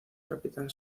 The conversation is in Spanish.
capitán